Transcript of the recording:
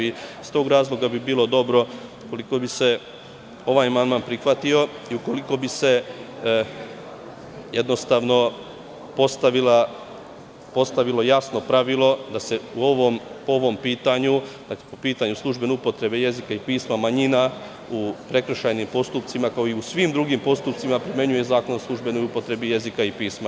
Iz tog razloga bi bilo dobro ukoliko bi se ovaj amandman prihvatio i ukoliko bi se jednostavno postavilo jasno pravilo da se po ovom pitanju, po pitanju službene upotrebe jezika i pisma manjina, u prekršajnim postupcima kao i u svim drugim postupcima primenjuje Zakon o službenoj upotrebi jezika i pisma.